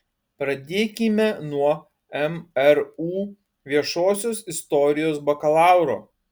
pradėkime nuo mru viešosios istorijos bakalauro